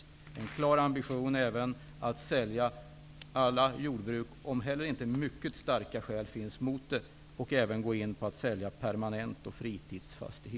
Det är även en klar ambition att sälja ut alla jordbruk, om inte mycket starka skäl finns mot detta. Man skall vidare gå in för försäljning av fastigheter för permanent och fritidsboende.